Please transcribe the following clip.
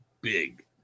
big